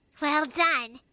well done!